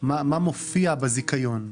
מה מופיע בזיכיון.